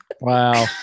Wow